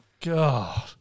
God